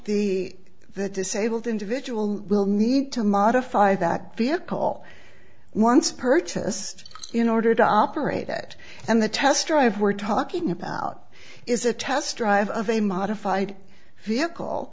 the the disabled individual will need to modify that vehicle once purchased you know order to operate it and the test drive we're talking about is a test drive of a modified vehicle